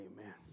amen